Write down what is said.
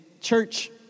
church